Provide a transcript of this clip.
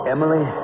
Emily